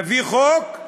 נביא חוק,